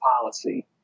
policy